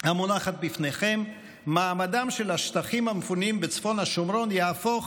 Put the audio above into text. המונחת בפניכם מעמדם של השטחים המפונים בצפון השומרון יהפוך